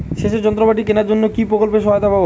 সেচের যন্ত্রপাতি কেনার জন্য কি প্রকল্পে সহায়তা পাব?